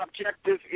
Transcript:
objective